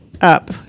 up